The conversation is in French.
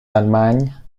allemagne